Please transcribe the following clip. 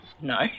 No